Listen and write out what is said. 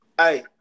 Hey